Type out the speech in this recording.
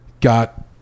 got